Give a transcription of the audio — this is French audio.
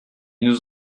nous